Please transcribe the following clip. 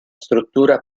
struttura